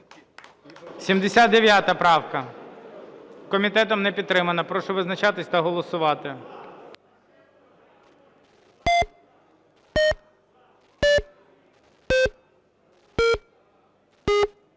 Власенка. Комітетом не підтримана. Прошу визначатись та голосувати.